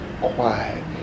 quiet